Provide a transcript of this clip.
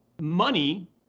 money